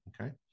okay